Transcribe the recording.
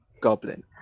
Goblin